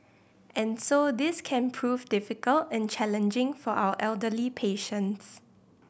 and so this can prove difficult and challenging for our elderly patients